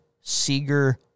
Seeger